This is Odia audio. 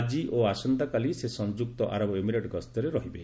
ଆଜି ଓ ଆସନ୍ତାକାଲି ସେ ସଂଯୁକ୍ତ ଆରବ ଏମିରେଟ୍ ଗସ୍ତରେ ରହିବେ